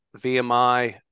VMI